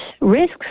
risks